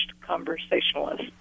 conversationalist